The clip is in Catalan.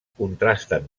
contrasten